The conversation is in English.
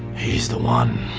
he's the one.